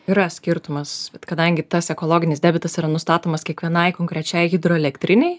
yra skirtumas bet kadangi tas ekologinis debitas yra nustatomas kiekvienai konkrečiai hidroelektrinei